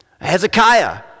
Hezekiah